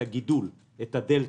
את הדלתא.